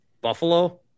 Buffalo